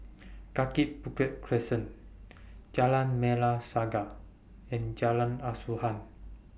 Kaki Bukit Crescent Jalan Merah Saga and Jalan Asuhan